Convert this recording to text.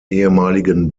ehemaligen